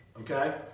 okay